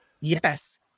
Yes